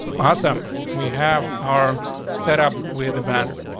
awesome. we have are set up with the banner.